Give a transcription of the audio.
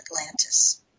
Atlantis